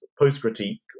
post-critique